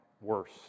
worse